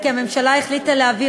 הממשלה, להעביר